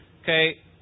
okay